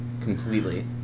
completely